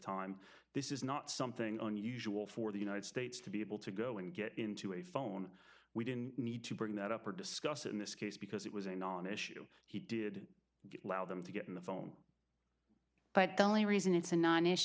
time this is not something unusual for the united states to be able to go and get into a phone we didn't need to bring that up or discuss it in this case because it was a non issue he did them to get on the phone but only reason it's a non issue